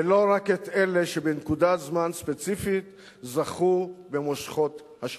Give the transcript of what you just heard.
ולא רק את אלה שבנקודת זמן ספציפית זכו במושכות השלטון.